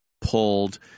pulled